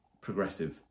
progressive